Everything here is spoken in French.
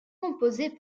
composés